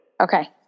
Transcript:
Okay